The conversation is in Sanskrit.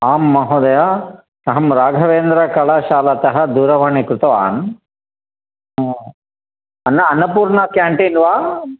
आम् महोदय अहं राघवेन्द्रकलाशालातः दूरवाणी कृतवान् अन्न अन्नपूर्णा केण्टिन् वा